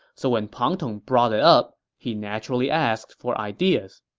so when pang tong brought it up, he naturally asked for ideas